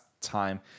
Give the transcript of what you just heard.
time